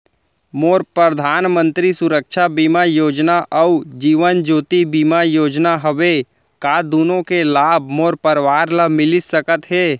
मोर परधानमंतरी सुरक्षा बीमा योजना अऊ जीवन ज्योति बीमा योजना हवे, का दूनो के लाभ मोर परवार ल मिलिस सकत हे?